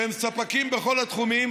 שהם ספקים בכל התחומים,